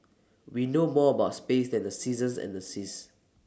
we know more about space than the seasons and the seas